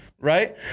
right